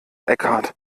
eckhart